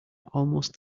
almost